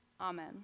Amen